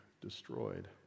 destroyed